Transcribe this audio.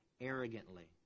arrogantly